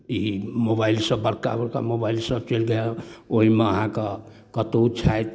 ई मोबाइलसँ बड़का बड़का मोबाइलसब चलि गेल ओहिमे अहाँ के कतऽ छथि